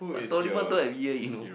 but Doraemon don't have ear you know